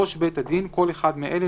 "'ראש בית הדין' - כל אחד מאלה,